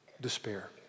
Despair